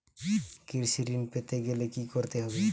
কৃষি ঋণ পেতে গেলে কি করতে হবে?